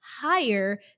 higher